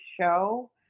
show